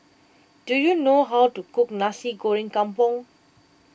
do you know how to cook Nasi Goreng Kampung